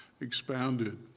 Expounded